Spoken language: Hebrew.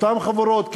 אותן חבורות,